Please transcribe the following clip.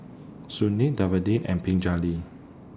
Sunil Davinder and Pingali